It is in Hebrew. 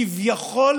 כביכול,